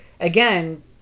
again